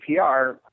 APR